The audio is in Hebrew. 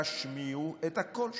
תשמיעו את הקול שלכם.